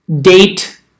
date